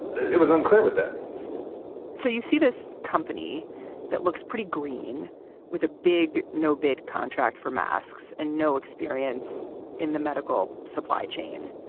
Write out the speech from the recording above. it was unclear what that means so you see this company that looks pretty green with a big no bid contract for masks and no experience in the medical supply chain.